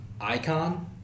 icon